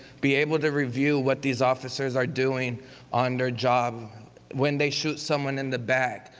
be able to review what these officers are doing on their job when they shoot someone in the back,